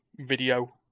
Video